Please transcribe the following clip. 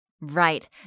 Right